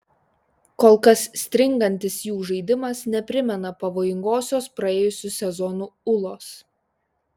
kol kas stringantis jų žaidimas neprimena pavojingosios praėjusių sezonų ūlos